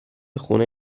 خونه